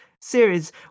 series